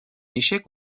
échec